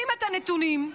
הנתונים,